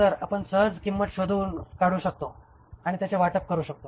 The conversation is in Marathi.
तर आपण सहज किंमत शोधून काढू शकतो आणि त्याचे वाटप करू शकतो